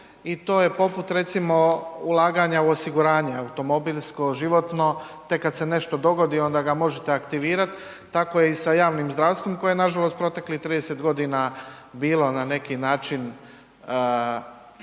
i to je poput recimo ulaganja u osiguranje automobilsko, životno, tek kad se nešto dogodi onda ga možete aktivirati tako je i sa javnim zdravstvom koje je nažalost proteklih 30 godina bilo na neki način